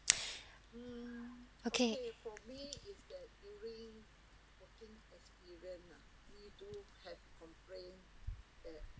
okay